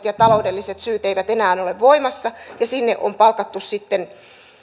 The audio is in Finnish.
ja taloudelliset syyt eivät enää ole voimassa ja sinne on palkattu sitten